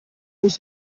muss